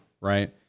right